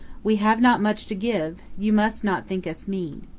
we have not much to give you must not think us mean.